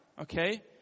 Okay